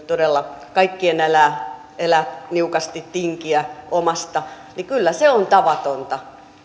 todella kaikkien elää niukasti tinkiä omasta niin kyllä se on tavatonta